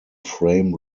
frame